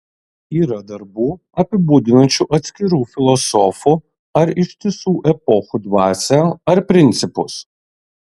yra darbų apibūdinančių atskirų filosofų ar ištisų epochų dvasią ar principus